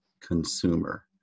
consumer